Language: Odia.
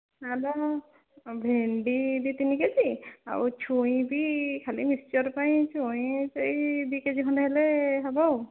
ଭେଣ୍ଡି ଦୁଇ ତିନି କେ ଜି ଆଉ ଛୁଇଁ ବି ଖାଲି ମିକ୍ସଚର୍ ପାଇଁ ଛୁଇଁ ସେଇ ଦୁଇ କେ ଜି ଖଣ୍ଡେ ହେଲେ ହେବ ଆଉ